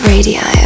Radio